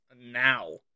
now